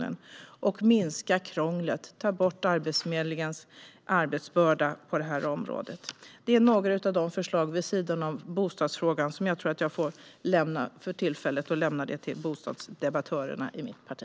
Det handlar om att minska krånglet och att ta bort Arbetsförmedlingens arbetsbörda på området. Detta är några av de förslag vi har vid sidan av bostadsfrågan, som jag tror att jag för tillfället får lämna över till bostadsdebattörerna i mitt parti.